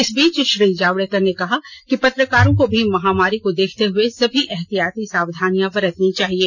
इस बीच श्री जावडेकर ने कहा कि पत्रकारों को भी महामारी को देखते हुए सभी एहतियाती सावधानियां बरतनी चाहिएं